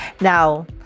Now